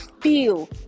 feel